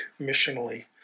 missionally